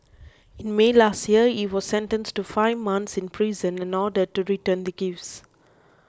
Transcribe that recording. in May last year he was sentenced to five months in prison and ordered to return the gifts